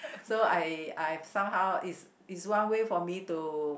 so I I somehow it's it's one way for me to